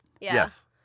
Yes